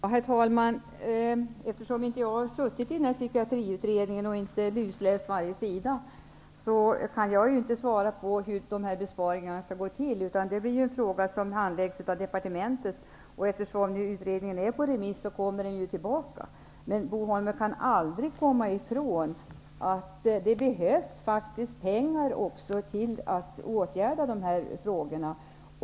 Herr talman! Eftersom jag inte har suttit i Psykiatriutredningen och inte lusläst varje sida, kan jag inte svara på hur dessa besparingar skall gå till. Det är en fråga som skall handläggas av departementet, och eftersom utredningen är på remiss, kommer den ju tillbaka. Men Bo Holmberg kan aldrig komma ifrån att det också behövs pengar för att åtgärda dessa problem.